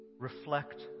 reflect